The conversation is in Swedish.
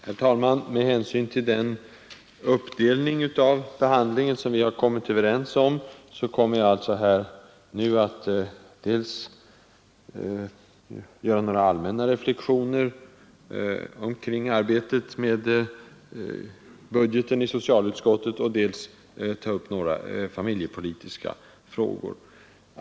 Herr talman! Med hänsyn till den uppdelning av behandlingen som vi har kommit överens om skall jag nu dels göra några allmänna reflexioner kring arbetet med budgeten i socialutskottet, dels ta upp några familjepolitiska frågor.